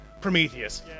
Prometheus